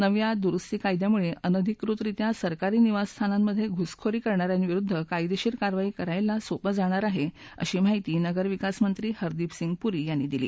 नवी दुरुस्ती कायद्यामुळे अनाधिकृतरित्या सरकारी निवासस्थानांमधे घुसखोरी करणाऱ्यांविरुद्ध कायदेशीर कारवाई करण्यास सोपं जाणार आहे अशी माहिती नगरविकासमंत्री हरदीप सिंग पुरी यांनी दिली